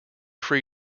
free